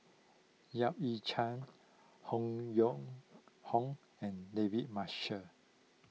Yap Ee Chian Han Yong Hong and David Marshall